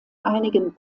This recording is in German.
einigen